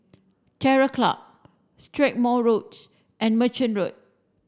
Terror Club Strathmore Road and Merchant Road